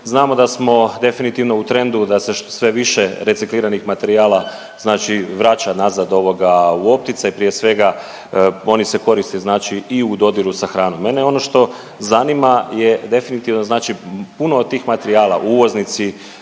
Znamo da smo definitivno u trendu da se sve više recikliranih materijala znači vraća nazad, ovoga u opticaj, prije svega, oni se koriste znače i u dodiru sa hranom. Mene ono što zanima je definitivno znači puno od tih materijala uvoznici